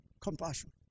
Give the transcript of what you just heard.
Compassion